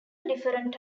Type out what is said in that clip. different